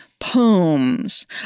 Poems